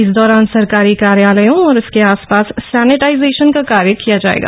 इस दौरान सरकारी कार्यालयों और उसके आस पास सैनेटाइजेशन का कार्य किया जायेगा